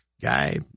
guy